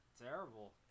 terrible